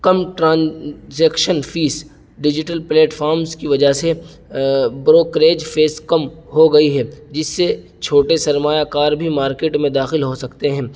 کم transaction fee digital platforms کی وجہ سے بروکریج فیس کم ہو گئی ہے جس سے چھوٹے سرمایہ کار بھی مارکیٹ میں داخل ہو سکتے ہیں